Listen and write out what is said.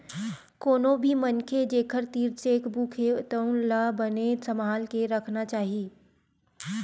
कोनो भी मनखे जेखर तीर चेकबूक हे तउन ला बने सम्हाल के राखना चाही